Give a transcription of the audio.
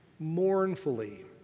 Mournfully